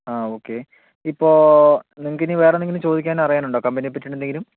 ആ ഓക്കെ ഇപ്പോൾ നിങ്ങൾക്ക് ഇനി വേറെ എന്തെങ്കിലും ചോദിക്കാനോ അറിയാനോ ഉണ്ടോ കമ്പനീനെ പറ്റി എന്തെങ്കിലും